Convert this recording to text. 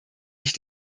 sich